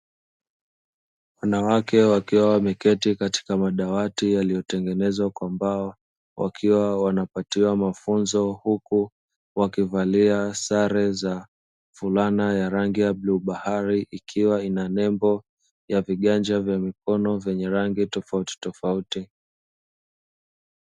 Wanawake wakiwa wameketi katika madawati yaliyotengenezwa kwa mbao, wakiwa wanapatiwa mafunzo, huku wakivalia sare za fulana ya rangi ya bluu bahari, ikiwa ina nembo ya viganja vya mkono vyenye rangi tofautitofauti.